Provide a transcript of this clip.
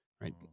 Right